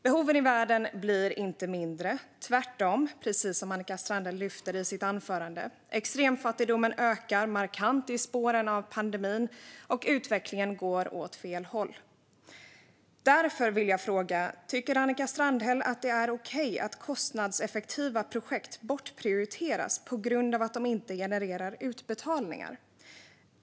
Behoven i världen blir inte mindre, tvärtom, precis som Annika Strandhäll lyfter upp i sitt anförande. Extremfattigdomen ökar markant i spåren av pandemin, och utvecklingen går åt fel håll. Därför vill jag fråga: Tycker Annika Strandhäll att det är okej att kostnadseffektiva projekt bortprioriteras på grund av att de inte genererar utbetalningar?